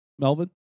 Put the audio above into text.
Melvin